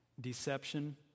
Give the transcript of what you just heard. deception